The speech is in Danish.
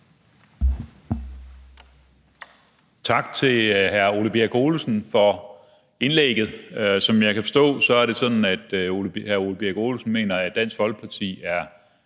Tak til hr. Ole Birk Olesen for indlægget. Som jeg kan forstå, er det sådan, at hr. Ole Birk Olesen mener, at Dansk Folkeparti er